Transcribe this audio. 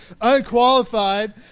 Unqualified